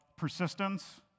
Persistence